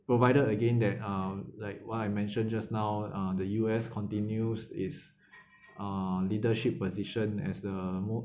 provided again that uh like what I mentioned just now uh the U_S continues its uh leadership position as the most